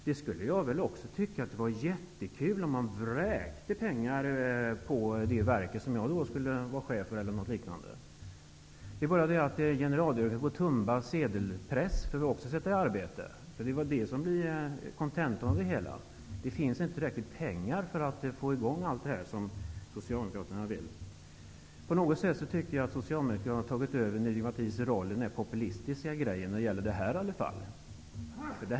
Jag skulle väl också tycka det var jättekul om man vräkte pengar på det verk jag skulle vara chef för. Det är bara den haken att även generaldirektören på Tumba sedelpress måste sättas i arbete. Kontentan av det hela är att det inte finns tillräckligt med pengar för att få i gång allt detta som Socialdemokraterna vill. På något sätt tycker jag att Socialdemokraterna har tagit över Ny demokratis roll som populistiskt parti, i alla fall i det här sammanhanget.